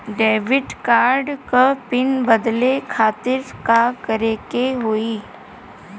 Debit card क pin बदले खातिर का करेके होई?